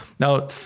Now